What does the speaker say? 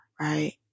right